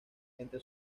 entre